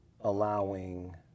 allowing